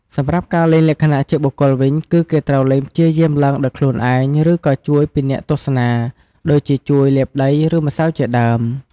សម្រាប់់ការលេងលក្ខណៈជាបុគ្គលវិញ គឺគេត្រូវលេងព្យាយាមឡើងដោយខ្លួនឯង ឬក៏ជួយពីអ្នកទស្សនា ដូចជាជួយលាបដីឬម្រៅជាដើម។